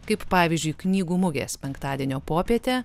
kaip pavyzdžiui knygų mugės penktadienio popietę